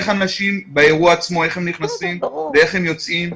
איך אנשים נכנסים באירוע עצמו ואיך הם יוצאים.